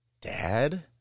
dad